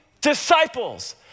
disciples